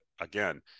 again